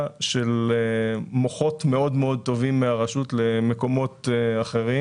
של מוחות מאוד מאוד טובים מהרשות למקומות אחרים.